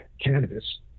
cannabis